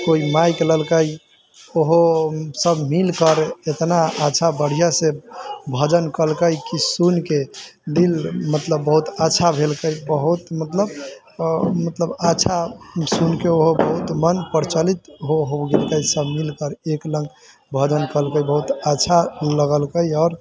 कोइ माइक लेलकै ओहो सब मिलकर इतना अच्छा बढ़िऑं से भजन केलकै की सुनि के दिल मतलब बहुत अच्छा भेलकै बहुत मतलब अच्छा सुनि के ओहो बहुत मन प्रचलित हो गेलै सब मिल कर एक रंग भजन केलकै बहुत अच्छा लगलकै आओर